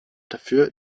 dafür